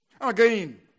Again